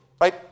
right